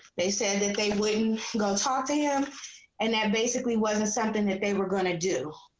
they said that they wouldn't go talk to him and that basically wasn't something that they were going to do.